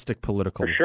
political